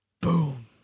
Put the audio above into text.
Boom